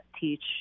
teach